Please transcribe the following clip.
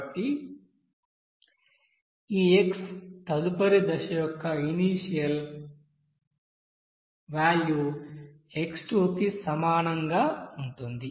కాబట్టి ఈ x తదుపరి దశ యొక్క ఇనీషియల్ వ్యాల్యూ x2 కి సమానంగా ఉంటుంది